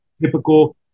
typical